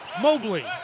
Mobley